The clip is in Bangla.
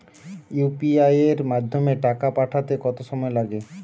ইউ.পি.আই এর মাধ্যমে টাকা পাঠাতে কত সময় লাগে?